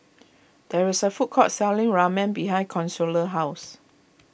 there is a food court selling Ramen behind Consuela's house